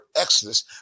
Exodus